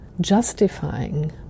justifying